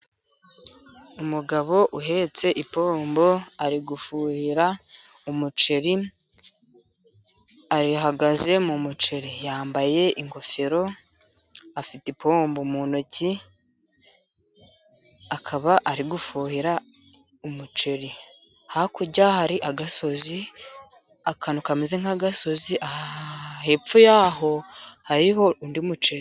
Umugabo uhetse ipombo ari gufuhira umuceri, ahagaze mu muceri, yambaye ingofero, afite ipombo mu ntoki, akaba ari gufuhira umuceri, hakurya hari agasozi akantu kameze nk'agasozi, hepfo y'aho hariho undi muceri.